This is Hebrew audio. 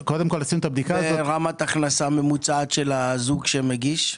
ורמת הכנסה ממוצעת של הזוג שמגיש?